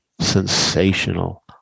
sensational